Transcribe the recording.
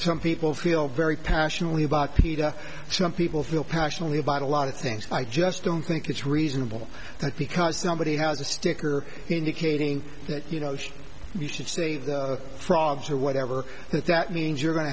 some people feel very passionately about peta some people feel passionately about a lot of things i just don't think it's reasonable that because somebody has a sticker indicating that you know she should see the frogs or whatever that means you're go